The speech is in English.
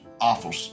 awful